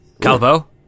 Calvo